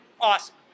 Awesome